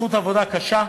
בזכות עבודה קשה,